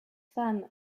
femme